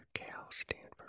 Cal-Stanford